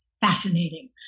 fascinating